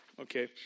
Okay